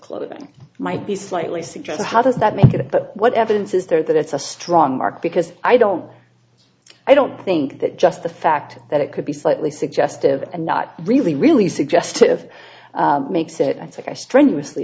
clothing might be slightly suggested how does that make it but what evidence is there that it's a strong mark because i don't i don't think that just the fact that it could be slightly suggestive and not really really suggestive makes it i think i strenuously